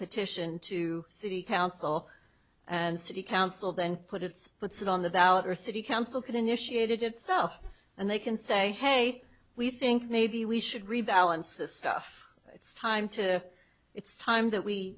petition to city council and city council then put its puts it on the ballot or a city council could initiate it itself and they can say hey we think maybe we should rebalance this stuff it's time to it's time that we